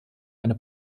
eine